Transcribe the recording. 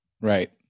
right